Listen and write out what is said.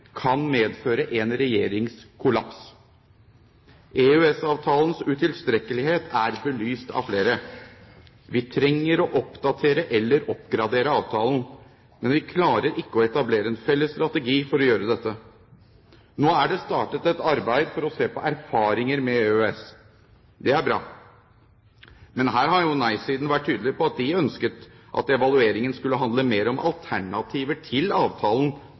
kan medføre en regjerings kollaps. EØS-avtalens utilstrekkelighet er belyst av flere. Vi trenger å oppdatere eller oppgradere avtalen, men vi klarer ikke å etablere en felles strategi for å gjøre dette. Nå er det startet et arbeid for å se på erfaringer med EØS. Det er bra. Men her har jo nei-siden vært tydelig på at de ønsket at evalueringen skulle handle mer om alternativer til avtalen